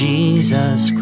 Jesus